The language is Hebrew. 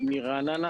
מרעננה,